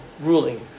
ruling